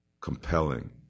compelling